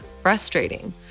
frustrating